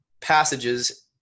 passages